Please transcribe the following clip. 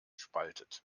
spaltet